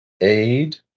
Aid